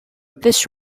this